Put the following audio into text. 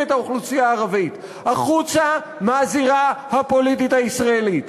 את האוכלוסייה הערבית החוצה מהזירה הפוליטית הישראלית.